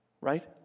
Right